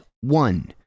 one